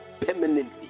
permanently